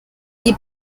die